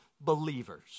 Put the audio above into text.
believers